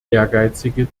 ehrgeizige